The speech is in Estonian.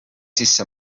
sisse